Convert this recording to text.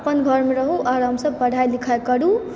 अपन घरमे रहु आरामसँ पढ़ाइ लिखाइ करू